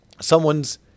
someone's